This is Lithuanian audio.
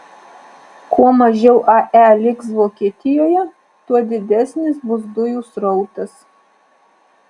kuo mažiau ae liks vokietijoje tuo didesnis bus dujų srautas